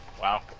Wow